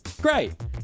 Great